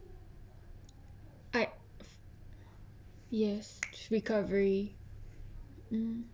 I yes recovery mm